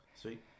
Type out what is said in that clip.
Sweet